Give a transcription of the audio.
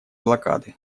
блокады